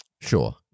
Sure